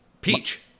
Peach